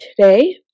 today